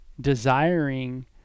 desiring